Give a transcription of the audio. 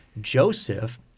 Joseph –